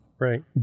Right